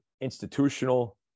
institutional